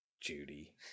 Judy